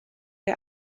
der